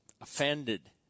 offended